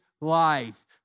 life